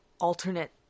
alternate